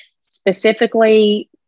specifically